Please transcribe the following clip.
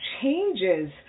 changes